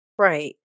Right